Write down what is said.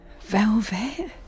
Velvet